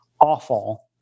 awful